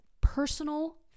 personal